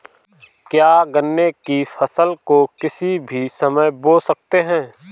क्या गन्ने की फसल को किसी भी समय बो सकते हैं?